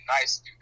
nice